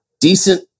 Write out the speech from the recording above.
decent